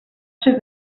ser